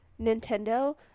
nintendo